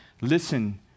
listen